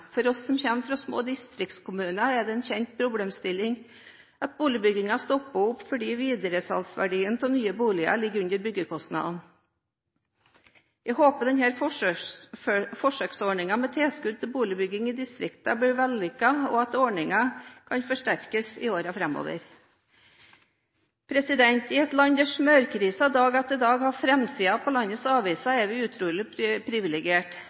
For oss som kommer fra små distriktskommuner, er det en kjent problemstilling at boligbyggingen stopper opp fordi videresalgsverdien av nye boliger ligger under byggekostnadene. Jeg håper denne forsøksordningen med tilskudd til boligbygging i distriktene blir vellykket, og at ordningen kan forsterkes i årene framover. I et land der smørkrisen dag etter dag har forsiden på landets aviser, er vi utrolig privilegert.